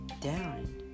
down